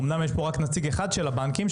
אומנם יש פה רק נציג אחד של הבנקים,